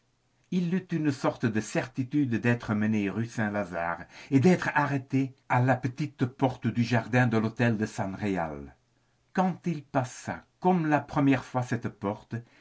il eut une sorte de certitude d'être mené rue saint-lazare et d'être arrêté à la petite porte du jardin de l'hôtel san réal quand il passa comme la première fois cette porte